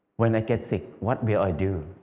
when i get sick, what will i do?